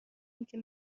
اینکه